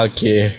Okay